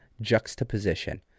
Juxtaposition